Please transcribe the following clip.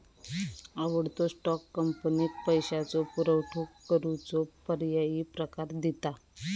आवडतो स्टॉक, कंपनीक पैशाचो पुरवठो करूचो पर्यायी प्रकार दिता